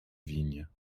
vignes